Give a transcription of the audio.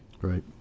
Right